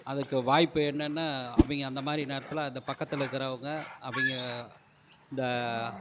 அதுக்கு வாய்ப்பு என்னன்னால் அவங்க அந்த மாதிரி நேரத்தில் அந்த பக்கத்தில் இருக்கறவங்க அவங்க இந்த